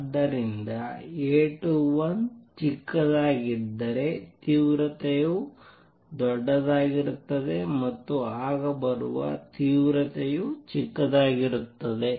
ಆದ್ದರಿಂದ A21 ಚಿಕ್ಕದಾಗಿದ್ದರೆ ತೀವ್ರತೆಯು ದೊಡ್ಡದಾಗಿರುತ್ತದೆ ಮತ್ತು ಆಗ ಬರುವ ತೀವ್ರತೆಯು ಚಿಕ್ಕದಾಗಿರುತ್ತದೆ